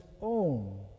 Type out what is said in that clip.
own